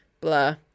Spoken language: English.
blah